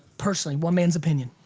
personally, one man's opinion.